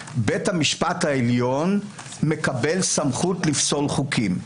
בית המשפט העליון מקבל סמכות לפסול חוקים.